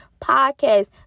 podcast